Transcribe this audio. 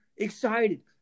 excited